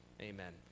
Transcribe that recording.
Amen